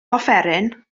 offeryn